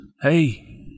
hey